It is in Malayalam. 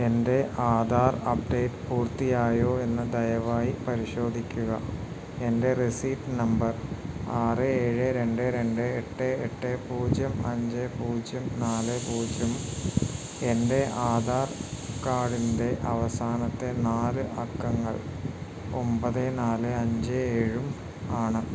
എൻ്റെ ആധാർ അപ്ഡേറ്റ് പൂർത്തിയായോ എന്ന് ദയവായി പരിശോധിക്കുക എൻ്റെ രസീത് നമ്പർ ആറ് ഏഴ് രണ്ട് രണ്ട് എട്ട് എട്ട് പൂജ്യം അഞ്ച് പൂജ്യം നാല് പൂജ്യം എൻ്റെ ആധാർ കാർഡിൻ്റെ അവസാനത്തെ നാല് അക്കങ്ങൾ ഒമ്പത് നാല് അഞ്ച് ഏഴും ആണ്